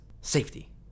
Safety